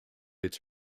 its